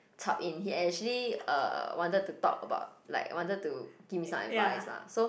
chup in he actually uh wanted to talk about like wanted to give me some advice lah so